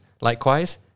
Likewise